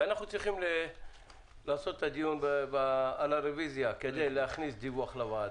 ואנחנו צריכים לעשות את הדיון על הרוויזיה כדי להכניס דיווח לוועדה.